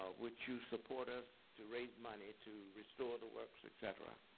ah would you support us to raise money to restore the works, et cetera?